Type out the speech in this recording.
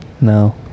No